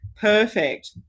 Perfect